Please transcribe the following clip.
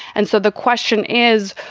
and so the question is,